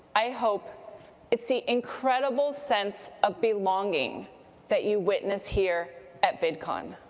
i hope it's the incredible sense of belonging that you witness here at vidcon.